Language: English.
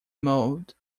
mode